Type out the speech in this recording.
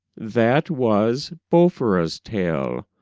that was baufra's tale,